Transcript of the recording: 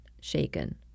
shaken